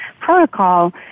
protocol